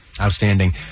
Outstanding